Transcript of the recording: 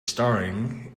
staring